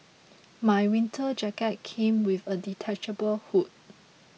my winter jacket came with a detachable hood